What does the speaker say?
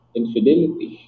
infidelity